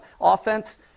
offense